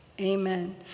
Amen